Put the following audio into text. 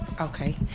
okay